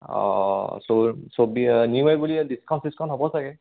অঁ অঁ চব চব নিউ ইয়াৰ বুলি ডিচকাউণ্ট চিচকাউণ্ট হ'ব চাগে